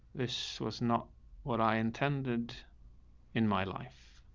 this was not what i intended in my life.